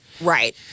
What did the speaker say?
Right